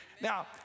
Now